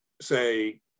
say